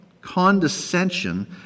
condescension